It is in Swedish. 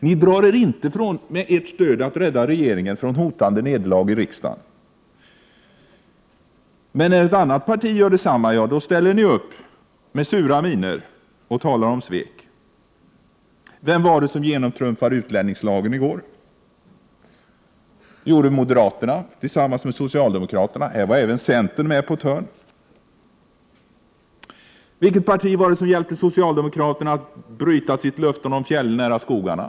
Ni drar er inte för att med ert stöd rädda regeringen från ett hotande nederlag i riksdagen. Men när ett annat parti gör detsamma, då ställer ni er upp med sura miner och talar om svek. Vem var det som genomtrumfade utlänningslagen i går? Det var moderaterna tillsammans med socialdemokraterna, och här var även centern med på ett hörn. Vilka var det som hjälpte socialdemokraterna att bryta sitt löfte om de fjällnära skogarna?